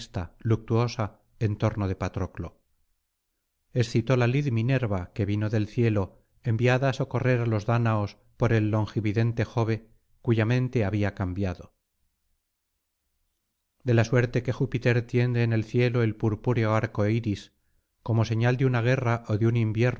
luctuosa en torno de patroclo excitó la lid miner'a que vino del cielo enviada á socorrer á los dáñaos por el longividente jove cuya mente había cambiado de la suerte que júpiter tiende en el cielo el purpúreo arco iris como señal de una guerra ó de un